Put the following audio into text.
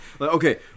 Okay